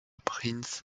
prince